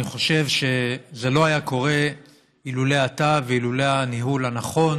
אני חושב שזה לא היה קורה אילולא אתה ואילולא הניהול הנכון